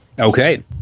Okay